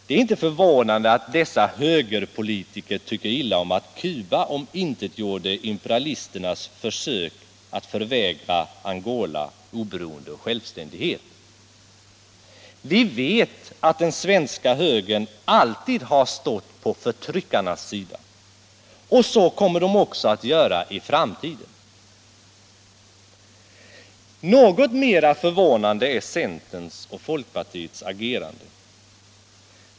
Det är inte förvånande att dessa högerpolitiker tycker illa om att Cuba omintetgjorde imperialisternas försök att förvägra Angola oberoende och självständighet. Vi vet att den svenska högern alltid har stått på förtryckarnas sida, och det kommer man också att göra i framtiden. Något mer förvånande är centerns och folkpartiets agerande.